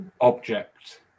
object